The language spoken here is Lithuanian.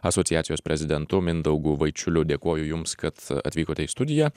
asociacijos prezidentu mindaugu vaičiuliu dėkoju jums kad atvykote į studiją